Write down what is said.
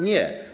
Nie.